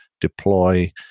deploy